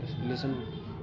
listen